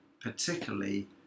particularly